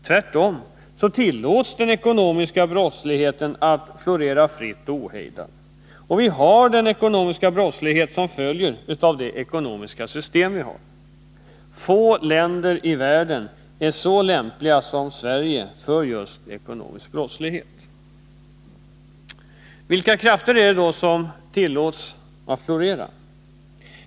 Tvärtom tillåts den ekonomiska brottsligheten florera fritt och ohejdat, och vi har den ekonomiska brottslighet som följer av det ekonomiska system vi har. Få länder i världen är så lämpliga som Sverige för just ekonomisk brottslighet. Vilka krafter är det då som tillåts florera?